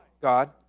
God